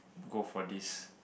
go for this